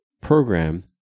program